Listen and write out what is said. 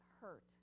hurt